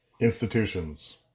Institutions